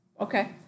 Okay